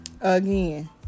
again